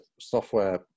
software